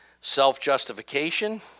self-justification